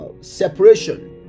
separation